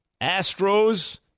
Astros